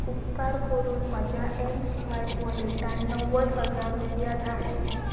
उपकार करून म्हज्या एम स्वायप वॉलेटाण णव्वद हजार रुपया धाड